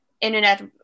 internet